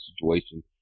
situation